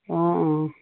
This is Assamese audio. অঁ অঁ